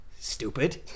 Stupid